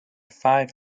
five